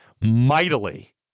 mightily